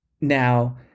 now